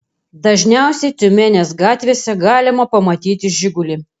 dažniausiai tiumenės gatvėse galima pamatyti žigulį